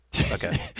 Okay